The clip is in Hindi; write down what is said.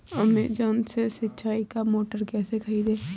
अमेजॉन से सिंचाई का मोटर कैसे खरीदें?